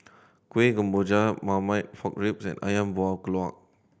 Kueh Kemboja Marmite Pork Ribs and Ayam Buah Keluak